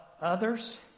others